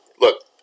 look